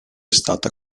stata